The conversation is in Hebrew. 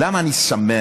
למה אני שמח